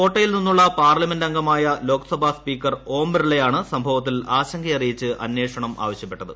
കോട്ടയിൽ നിന്നുള്ള പാർലമെന്റംഗമായ ലോക്സഭാ സ്പീക്കർ ഓം ബിർളയാണ് സംഭവത്തിൽ ആശങ്കയറിയിച്ച് അന്വേഷണം ആവശ്യപ്പെട്ടത്